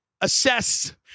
assess